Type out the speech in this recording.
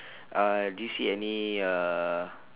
uh do you see any uh